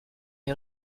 est